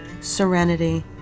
serenity